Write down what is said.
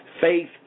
faith